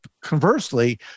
conversely